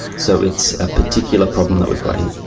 so it's a particular problem that we've got here.